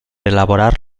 elaborar